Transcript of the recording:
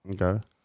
Okay